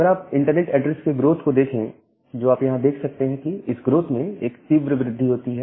अगर आप internet address के ग्रोथ को देखें जो आप यहां देख सकते हैं कि इस ग्रोथ में एक तीव्र वृद्धि होती है